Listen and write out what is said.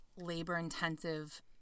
labor-intensive